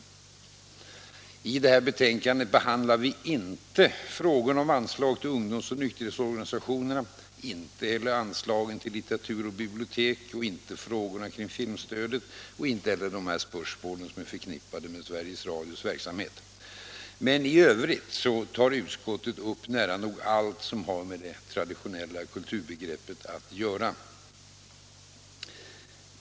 Men i detta betänkande behandlar vi inte frågan om anslagen till ungdomsoch nykterhetsorganisationerna, inte heller anslaget till litteratur och bibliotek och inte frågorna beträffande filmstödet, liksom inte heller spörsmålen som är förknippade med Sveriges Radios verksamhet. I övrigt tar utskottet upp nära nog allt som har med det traditionella kulturbegreppet att göra.